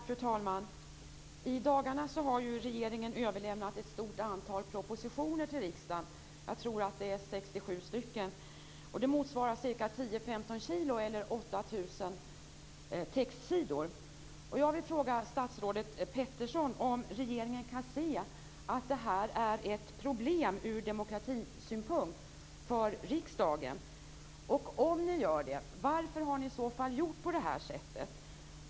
Fru talman! I dagarna har regeringen överlämnat ett stort antal propositioner till riksdagen. Jag tror att det är 67, motsvarande ca 10-15 kilo och 8 000 textsidor. Jag vill fråga statsrådet Peterson om regeringen kan se att det här är ett problem ur demokratisynpunkt för riksdagen? Om ni gör det, varför har ni i så fall gjort på det här sättet?